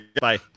Bye